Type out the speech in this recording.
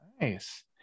Nice